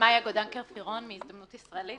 מאיה גוטדנקר-פירון מ"הזדמנות ישראלית",